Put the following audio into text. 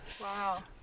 Wow